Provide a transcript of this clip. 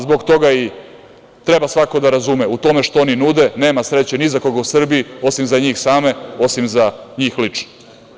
Zbog toga i treba svako da razume, u tome što oni nude nema sreće ni za koga u Srbiji osim za njih same, osim za njih lično.